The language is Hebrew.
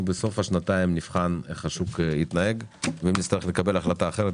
בתום השנתיים נבחן איך השוק יתנהג ואם נצטרך לקבל החלטה אחרת,